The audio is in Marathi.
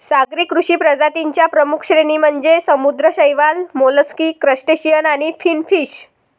सागरी कृषी प्रजातीं च्या प्रमुख श्रेणी म्हणजे समुद्री शैवाल, मोलस्क, क्रस्टेशियन आणि फिनफिश